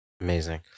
Amazing